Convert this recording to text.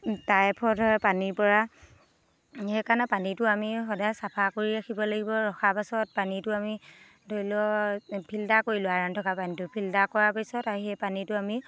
typhoid হয় পানীৰ পৰা সেইকাৰণে পানীটো আমি সদায় চাফা কৰি ৰাখিব লাগিব ৰখাৰ পাছত পানীটো আমি ধৰি লওক ফিল্টাৰ কৰিলোঁ আয়ৰণ থকা পানীটো ফিল্টাৰ কৰাৰ পিছত সেই পানীটো আমি